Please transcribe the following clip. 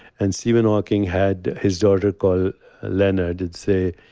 and stephen hawking had his daughter call leonard and say,